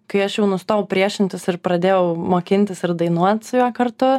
kai aš jau nustojau priešintis ir pradėjau mokintis ir dainuot su juo kartu